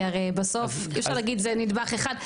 כי הרי בסוף אפשר להגיד זה נדבך אחד,